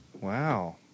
Wow